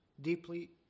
deeply